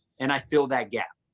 and i feel that gap.